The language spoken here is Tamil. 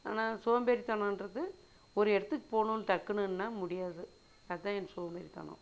ஆனால் சோம்பேறிதனகிறது ஒரு இடத்துக்கு போகணும் டக்குனுனா முடியாது அதுதான் என் சோம்பேறிதனம்